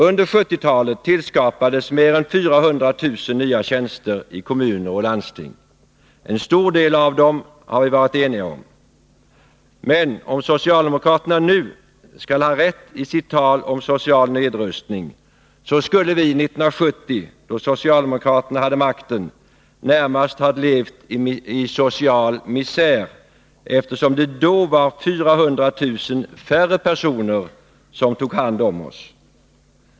Under 1970-talet skapades mer än 400 000 nya tjänster i kommuner och landsting. En stor del av dem har vi varit eniga om. Men om socialdemokraterna nu har rätt i sitt tal om social nedrustning skulle vi 1970, då socialdemokraterna hade makten, ha levat i närmast social misär, eftersom det då var 400 000 färre personer som tog hand om oss.